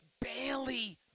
barely